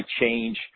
change